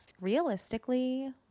Realistically